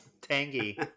tangy